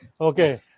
Okay